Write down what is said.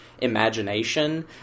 imagination